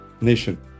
nation